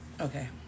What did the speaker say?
Okay